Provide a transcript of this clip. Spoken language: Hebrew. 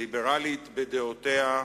ליברלית בדעותיה,